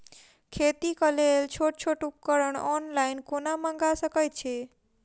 खेतीक लेल छोट छोट उपकरण ऑनलाइन कोना मंगा सकैत छी?